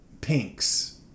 Pinks